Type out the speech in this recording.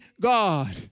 God